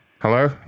Hello